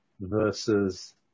versus